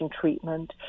treatment